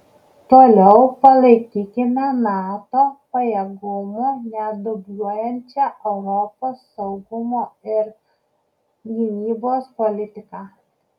toliau palaikykime nato pajėgumų nedubliuojančią europos saugumo ir gynybos politiką